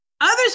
Others